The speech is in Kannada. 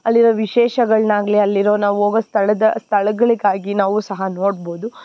ಅಲ್ಲಿರೋ ವಿಶೇಷಗಳನ್ನಾಗ್ಲಿ ಅಲ್ಲಿರೋ ನಾವು ಹೋಗೋ ಸ್ಥಳದ ಸ್ಥಳಗಳಿಗಾಗಿ ನಾವು ಸಹ ನೋಡ್ಬೋದು